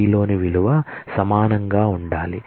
D లోని విలువ సమానంగా ఉండాలి